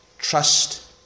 Trust